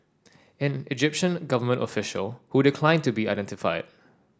an Egyptian government official who declined to be identified